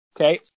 Okay